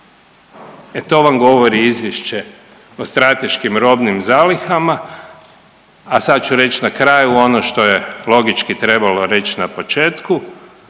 E to vam govori Izvješće o strateškim robnim zalihama, a sad ću reć na kraju ono što je logički trebalo reć na početku,